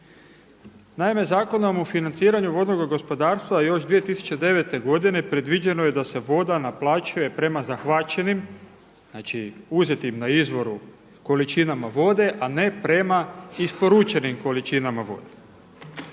Naime, Zakonom o financiranju vodnoga gospodarstva još 2009. godine predviđeno je da se voda naplaćuje prema zahvaćenim, znači uzetim na izvoru količinama vode a ne prema isporučenim količinama vode.